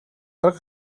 арга